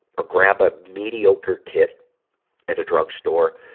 or grab a mediocre kit at a drug store?